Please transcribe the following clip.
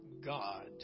God